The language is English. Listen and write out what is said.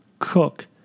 cook